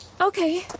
Okay